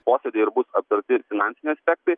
posėdyje ir bus aptarti finansiniai aspektai